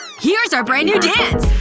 here's our brand new dance!